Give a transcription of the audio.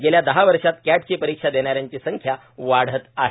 गेल्या दहा वर्षात कॅटची परीक्षा देणाऱ्यांची संख्या वाढत आहे